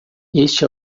este